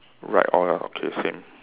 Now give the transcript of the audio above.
right all lah okay same